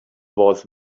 was